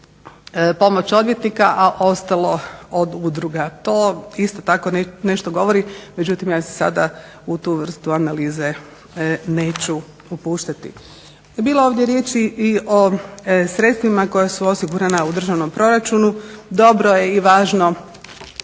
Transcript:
pomoć odvjetnika, a ostalo od udruga. To isto tako nešto govori, međutim ja se sada u tu vrstu analize neću upuštati. Bilo je ovdje riječi i o sredstvima koja su osigurana u državnom proračunu. Dobro je i važno